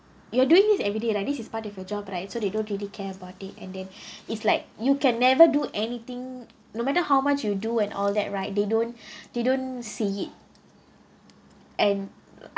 you're doing is everyday like this is part of your job right so they don't really care about it and then it's like you can never do anything no matter how much you do and all that right they don't they don't see it and